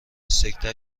سکته